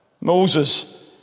Moses